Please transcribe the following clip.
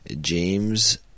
James